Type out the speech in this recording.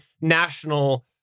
national